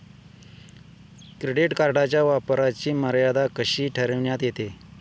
Credit कार्डच्या वापराची मर्यादा कशी ठरविण्यात येते?